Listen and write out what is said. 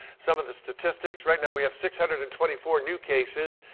some of the statistics. right now we have six hundred and twenty four new cases.